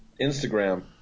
Instagram